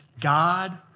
God